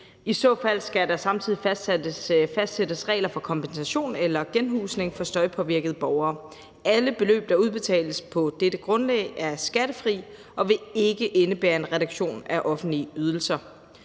I så fald skal der samtidig fastsættes regler for kompensation eller genhusning af støjpåvirkede borgere. Alle beløb, der udbetales på dette grundlag, er skattefri og vil ikke indebære en reduktion af offentlige ydelser.